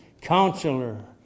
Counselor